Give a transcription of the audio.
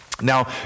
now